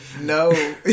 no